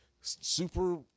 super